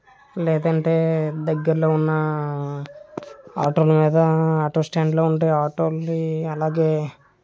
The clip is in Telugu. లేదంటే దగ్గర్లో ఉన్న ఆటోల మీద ఆటో స్టాండ్లో ఉంటాయి ఆటోలని అలాగే